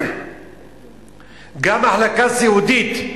גם מחלקה סיעודית,